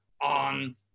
on